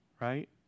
right